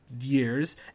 years